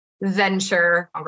venture